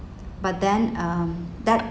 but them um that